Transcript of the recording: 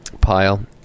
pile